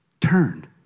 Turn